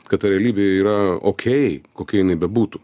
kad ta realybė yra okei kokia jinai bebūtų